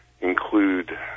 include